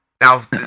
Now